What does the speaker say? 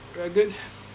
very good